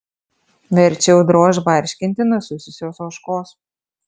verčiau drožk barškinti nusususios ožkos